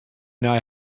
nei